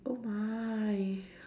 oh my